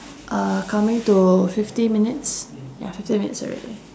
uh coming to fifty minutes ya fifty minutes already